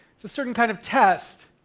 it's a certain kind of test